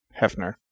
Hefner